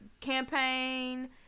campaign